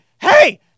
hey